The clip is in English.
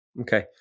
okay